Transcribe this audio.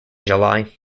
july